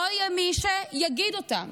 לא יהיה מי שיגיד אותם.